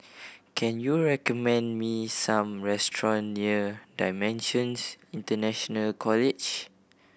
can you recommend me some restaurant near Dimensions International College